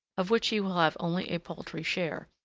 of which he will have only a paltry share,